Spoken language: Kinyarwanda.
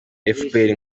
efuperi